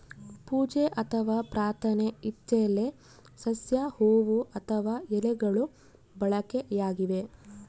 ಪೂಜೆ ಅಥವಾ ಪ್ರಾರ್ಥನೆ ಇಚ್ಚೆಲೆ ಸಸ್ಯ ಹೂವು ಅಥವಾ ಎಲೆಗಳು ಬಳಕೆಯಾಗಿವೆ